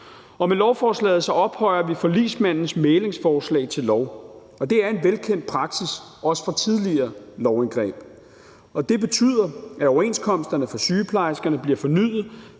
Med lovforslaget ophøjer vi forligsmandens mæglingsforslag til lov, og det er også en velkendt praksis fra tidligere lovindgreb. Og det betyder, at overenskomsterne for sygeplejerskerne bliver fornyet